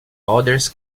others